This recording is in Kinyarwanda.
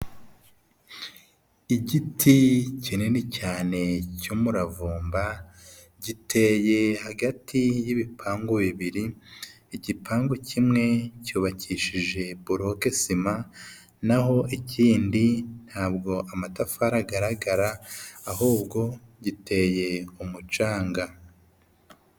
Igiti kinini cyane cy'umuravumba, giteye hagati y'ibipangu bibiri, igipangu kimwe cyubakishije boloke sima, naho ikindi ntabwo amatafari agaragara, ahubwo giteye umucanga.